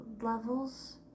levels